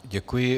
Děkuji.